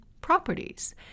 properties